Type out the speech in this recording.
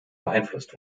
beeinflusst